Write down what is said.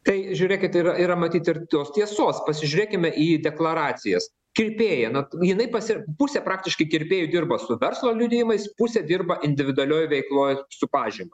tai žiūrėkit ir yra matyt ir tos tiesos pasižiūrėkime į deklaracijas kirpėjai na jinai pas pusė praktiškai kirpėjų dirba su verslo liudijimais pusė dirba individualioje veikloje su pažyma